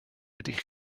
ydych